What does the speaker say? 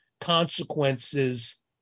consequences